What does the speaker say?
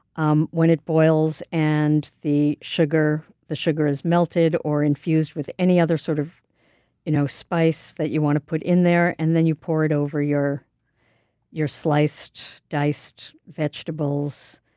um when it boils, and the sugar the sugar is melted or infused with any other sort of you know spice that you want to put in there. and then you pour it over your your sliced or diced vegetables.